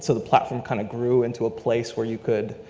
so the platform kind of grew into a place where you could,